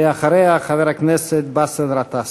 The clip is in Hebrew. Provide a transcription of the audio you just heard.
ואחריה חבר הכנסת באסל גטאס.